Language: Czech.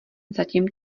zatím